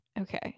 Okay